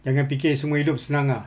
jangan fikir seumur hidup senang ah